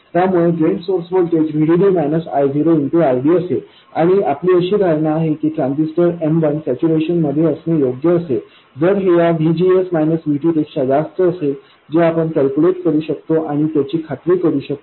त्यामुळे drain source voltage VDD I0 RD असेल आणि आपली अशी धारणा आहे की ट्रान्झिस्टर M1 सॅच्यूरेशन मध्ये असणे योग्य असेल जर हे या VGS VT पेक्षा जास्त असेल जे आपण कॅल्क्युलेट करू शकतो आणि त्याची खात्री करू शकतो